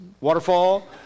waterfall